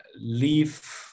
leave